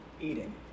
eating